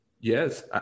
yes